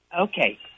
Okay